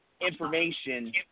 information